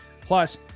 plus